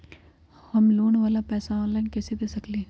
हम लोन वाला पैसा ऑनलाइन कईसे दे सकेलि ह?